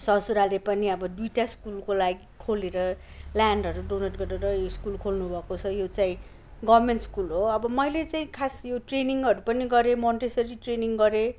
ससुराले पनि अब दुईवटा स्कुलको लागि खोलेर ल्यान्डहरू डोनेट गरेर स्कुल खोल्नुभएको छ यो चाहिँ गभर्मेन्ट स्कुल हो अब मैले चाहिँ खास यो ट्रेनिङहरू पनि गरेँ मोन्टेसरी ट्रेनिङ गरेँ